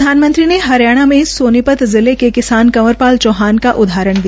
प्रधानमंत्री ने हरियाणा में सोनीपत जिले के किसान कंवर चौहान का उदाहरण दिया